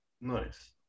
nice